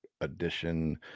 Edition